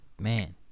Man